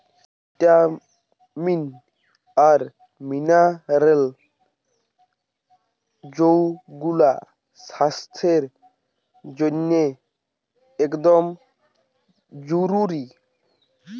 vitamin আর mineral যৌগুলা স্বাস্থ্যের জন্যে একদম জরুরি